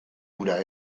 hura